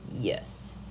yes